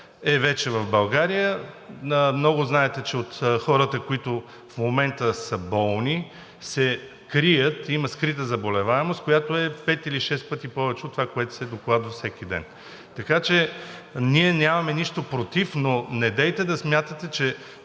e вече в България. Знаете, че за много от хората, които в момента са болни, се крият – има скрита заболеваемост, която пет или шест пъти повече от това, което се докладва всеки ден. Ние нямаме нищо против, но недейте да смятате, че